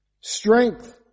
Strength